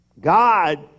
God